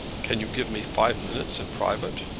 can you give me five minutes in private?